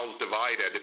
divided